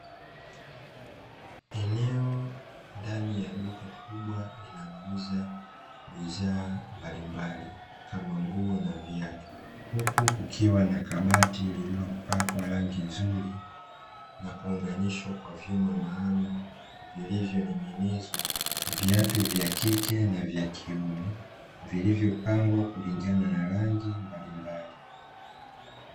Eneo ndani ya duka kubwa linalouza bidhaa mbalimbali kama nguo na viatu huku kukiwa na kabati lililopakwa rangi nzuri na kuunganishwa kwa vyuma maalumu vilivyo ning'inizwa viatu vya kike na vya kiume vilivyopangwa kulingana na rangi mbalimbali.